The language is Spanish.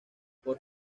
por